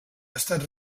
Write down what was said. estat